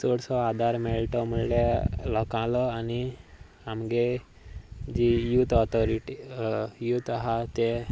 चडसो आदार मेळ्ळा तो म्हणल्यार लोकांलो आनी आमचे जे यूथ ऑथोरिटी यूथ आसा ते